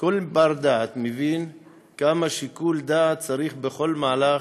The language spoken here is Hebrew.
שכל בר-דעת מבין כמה שיקול דעת צריך בכל מהלך,